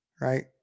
Right